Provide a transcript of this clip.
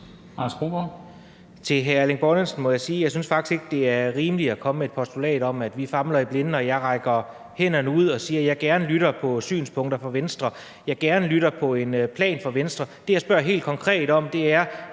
at jeg faktisk ikke synes, det er rimeligt at komme med et postulat om, at vi famler i blinde, når jeg rækker hænderne ud og siger, at jeg gerne lytter på synspunkter fra Venstre, og at jeg gerne lytter på en plan fra Venstre. Det, jeg helt konkret spørger